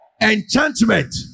Enchantment